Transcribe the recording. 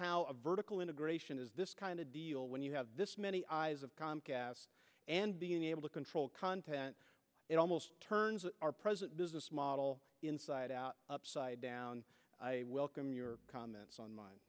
how a vertical integration is this kind of deal when you have this many eyes of comcast and being able to control content it almost turns our present business model inside out upside down i welcome your comments on m